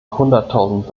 hunderttausend